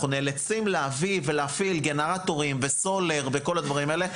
אנחנו נאלצים להביא ולהפעיל גנרטורים וסולר וכל הדברים האלה.